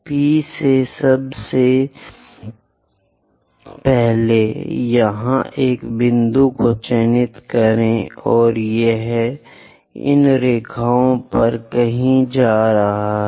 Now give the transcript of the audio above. P से सबसे पहले यहाँ एक बिंदु को चिन्हित करें और यह इन रेखाओं पर कहीं जा रहा है